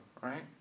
right